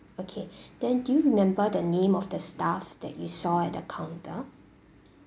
okay then do you remember the name of the staff that you saw at the counter